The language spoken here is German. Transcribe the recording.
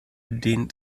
den